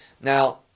Now